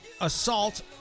assault